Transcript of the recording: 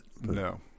No